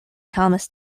thomas